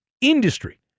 industry